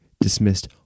dismissed